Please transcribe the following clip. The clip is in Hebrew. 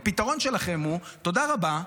הפתרון שלכם הוא: תודה רבה,